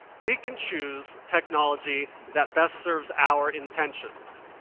we can choose technology that best serves our intentions,